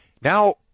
Now